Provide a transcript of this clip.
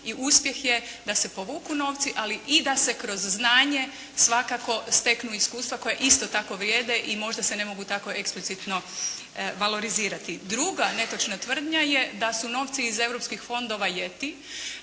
i uspjeh je da se povuku novci, ali i da se kroz znanje svakako steknu iskustva koja isto tako vrijede i možda se ne mogu tako eksplicitno valorizirati. Druga netočna tvrdnja je da su novci iz europskih fondova "jeti",